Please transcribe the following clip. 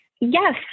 Yes